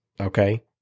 Okay